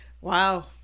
Wow